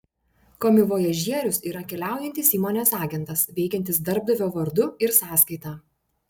komivojažierius yra keliaujantis įmonės agentas veikiantis darbdavio vardu ir sąskaita